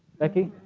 becky,